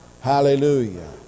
Hallelujah